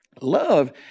Love